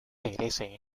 perece